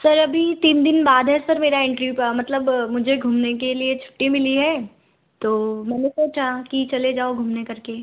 sir अभी तीन दिन बाद है सर मेरा एंट्री मतलब मुझे घूमने के लिए छुट्टी मिली है तो मैंने सोचा कि चले जाओ घूमने करके